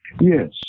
Yes